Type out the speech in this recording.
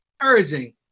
Encouraging